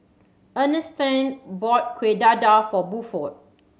Ernestine bought Kueh Dadar for Buford